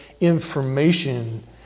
information